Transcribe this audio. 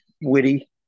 witty